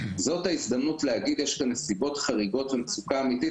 זאת ההזדמנות להגיד יש כאן נסיבות חריגות ומצוקה אמיתית,